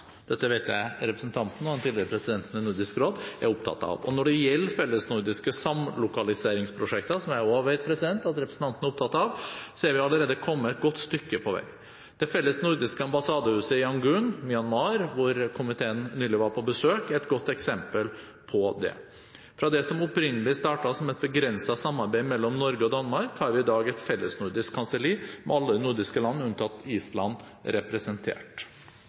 Dette vet jeg at representanten – den tidligere presidenten i Nordisk råd – er opptatt av. Når det gjelder fellesnordiske samlokaliseringsprosjekter, som jeg også vet at representanten er opptatt av, er vi allerede kommet et godt stykke på vei. Det felles nordiske ambassadehuset i Yangon, Myanmar, hvor komiteen nylig var på besøk, er et godt eksempel på det. Fra det som opprinnelig startet som et begrenset samarbeid mellom Norge og Danmark, har vi i dag et fellesnordisk kanselli med alle nordiske land, unntatt Island, representert.